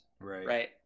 Right